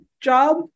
job